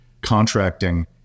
contracting